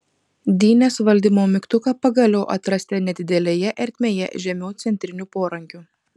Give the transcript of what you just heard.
dynės valdymo mygtuką pagaliau atrasite nedidelėje ertmėje žemiau centrinių porankių